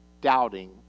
doubting